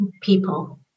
people